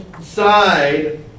side